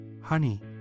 Honey